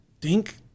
Dink